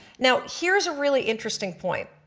now here is a really interesting point,